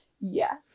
Yes